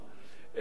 בדרך כלל,